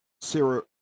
Sarah